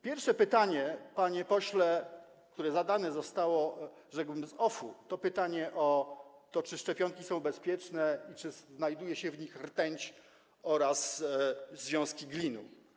Pierwsze pytanie, panie pośle, które zadane zostało, rzekłbym, z offu, to pytanie o to, czy szczepionki są bezpieczne i czy znajduje się w nich rtęć oraz związku glinu.